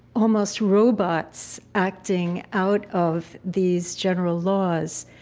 almost robots acting out of these general laws.